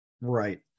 Right